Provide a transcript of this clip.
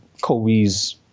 Kobe's